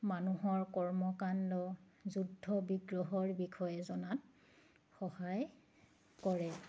মানুহৰ কৰ্মকাণ্ড যুদ্ধ বিগ্ৰহৰ বিষয়ে জনাত সহায় কৰে